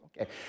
Okay